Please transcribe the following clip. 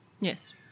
Yes